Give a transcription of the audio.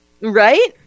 Right